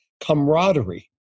camaraderie